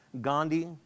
Gandhi